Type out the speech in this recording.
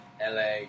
LA